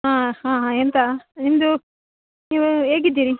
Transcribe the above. ಹಾಂ ಹಾಂ ಎಂಥ ನಿಮ್ಮದು ನೀವು ಹೇಗಿದ್ದೀರಿ